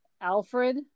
alfred